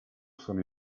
sono